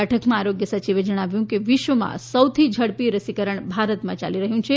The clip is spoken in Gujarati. બેઠકમાં આરોગ્ય સચિવે જણાવ્યું કે વિશ્વમાં સૌથી ઝડપી રસીકરણ ભારતમાં યાલી રહ્યું છે